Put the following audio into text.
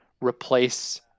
replace